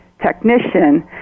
Technician